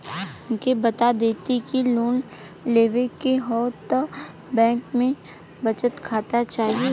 हमके बता देती की लोन लेवे के हव त बैंक में बचत खाता चाही?